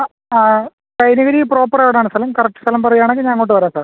ആ ആ കൈനഗരി പ്രോപ്പറെവിടാണ് സ്ഥലം കറക്റ്റ് സ്ഥലം പറയാണെങ്കിൽ ഞാൻ അങ്ങോട്ട് വരാം സാർ